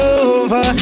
over